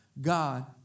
God